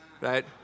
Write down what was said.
right